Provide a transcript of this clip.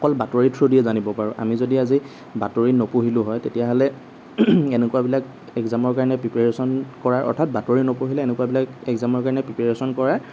অকল বাতৰিৰি থ্ৰোদিয়ে আমি জানিব পাৰোঁ আমি যদি আজি বাতৰিত নপঢ়িলো হয় তেতিয়াহ'লে এনেকুৱাবিলাক এক্সামৰ কাৰণে প্ৰিপেৰেশ্যন কৰাৰ অৰ্থাৎ বাতৰি নপঢ়িলে এনেকুৱাবিলাক এক্সামৰ কাৰণে প্ৰিপেয়াৰেশ্যন কৰা